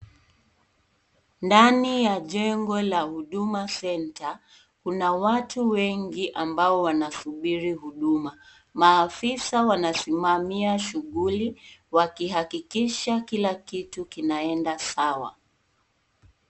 Ndani ya jengo la Huduma Centre, kuna watu wengi ambao wanasubiri huduma. Maafisa wanasimamia shughuli wakihakikisha kila kitu kinaenda sawa.